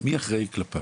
מי אחראי עליו